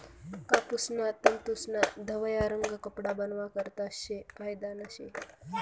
कापूसना तंतूस्ना धवया रंग कपडा बनावा करता फायदाना शे